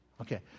Okay